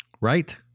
right